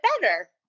better